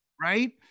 right